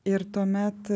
ir tuomet